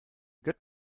good